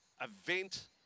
event